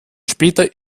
später